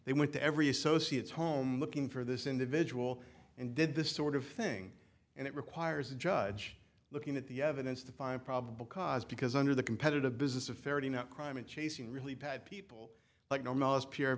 they went to every associates home looking for this individual and did this sort of thing and it requires a judge looking at the evidence to find probable cause because under the competitive business of ferreting out crime it chasing really bad people like normal is pure